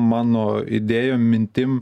mano idėjom mintim